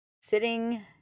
sitting